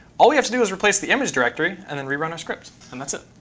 all we have to do is replace the image directory and then re-run our script, and that's it.